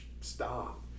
stop